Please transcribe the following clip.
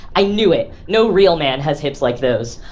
i knew it! no real man has hips like those.